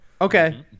Okay